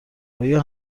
آیا